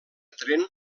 tren